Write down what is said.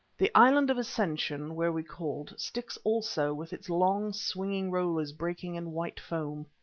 the island of ascension, where we called, sticks also with its long swinging rollers breaking in white foam,